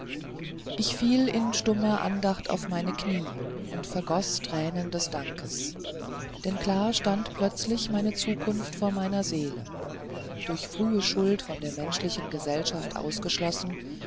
ich fiel in stummer andacht auf meine knie und vergoß tränen des dankes denn klar stand plötzlich meine zukunft vor meiner seele durch frühe schuld von der menschlichen gesellschaft ausgeschlossen